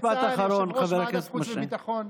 יושב-ראש ועדת החוץ והביטחון,